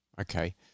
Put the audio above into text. Okay